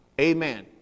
amen